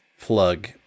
plug